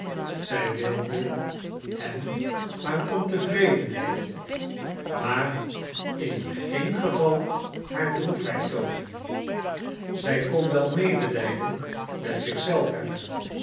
zij wilde hem haar ontevredenheid maar in geen geval haar droefheid toonen zij kon wel medelijden met zich zelf hebben